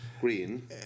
Green